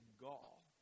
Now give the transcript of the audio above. gall